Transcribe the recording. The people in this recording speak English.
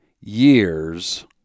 years